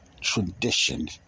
tradition